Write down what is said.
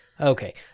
Okay